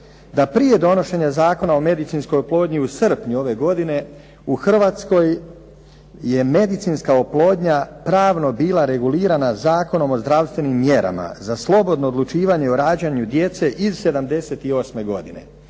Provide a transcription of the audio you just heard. da prije donošenja Zakona o medicinskoj oplodnji u srpnju ove godine u Hrvatskoj je medicinska oplodnja pravno bila regulirana Zakonom o zdravstvenim mjerama za slobodno odlučivanje o rađanju djece iz '78. godine.